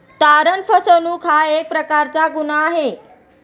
तारण फसवणूक हा एक प्रकारचा गुन्हा आहे